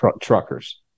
truckers